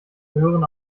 gehören